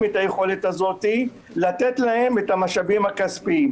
להם היכולת הזאת את המשאבים הכספיים.